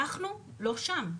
אנחנו לא שם.